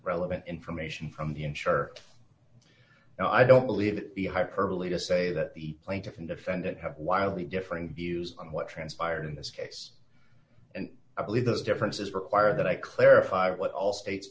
relevant information from the insurer and i don't believe it be hyperbole to say that the plaintiff and defendant have wildly differing views on what transpired in this case and i believe those differences require that i clarify what all states